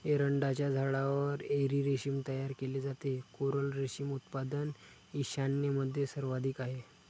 एरंडाच्या झाडावर एरी रेशीम तयार केले जाते, कोरल रेशीम उत्पादन ईशान्येमध्ये सर्वाधिक आहे